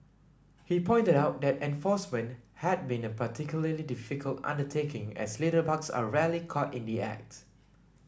he pointed out that enforcement had been a particularly difficult undertaking as litterbugs are rarely caught in the act